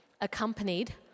accompanied